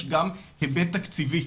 יש גם היבט תקציבי.